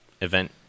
event